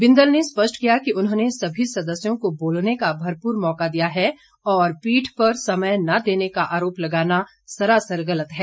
बिंदल ने स्पष्ट किया कि उन्होंने सभी सदस्यों को बोलने का भरपूर मौका दिया है और पीठ पर समय न देने का आरोप लगाना सरासर गलत है